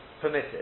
permitted